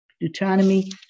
Deuteronomy